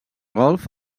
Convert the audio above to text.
golf